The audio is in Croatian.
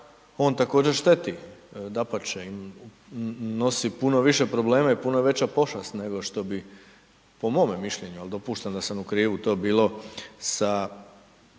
on također šteti, dapače, nosi puno više probleme i puno je veća pošast nego što bi, po mome mišljenju, al dopuštam da sam u krivu, to bi bilo sa